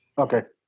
okay